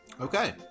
Okay